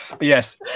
Yes